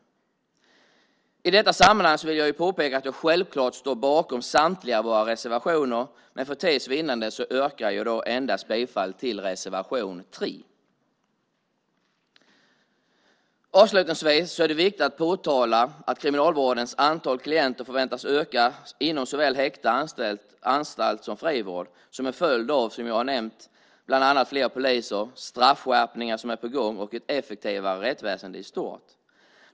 I detta sammanhang vill jag påpeka att jag självklart står bakom samtliga våra reservationer, men för tids vinnande yrkar jag bifall endast till reservation 3. Avslutningsvis är det viktigt att påtala att kriminalvårdens antal klienter förväntas öka inom såväl häkte och anstalt som frivård, som en följd av bland annat fler poliser, straffskärpningar som är på gång och ett effektivare rättsväsende i stort.